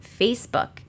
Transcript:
Facebook